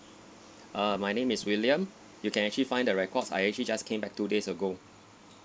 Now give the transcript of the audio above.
err my name is william you can actually find the records I actually just came back two days ago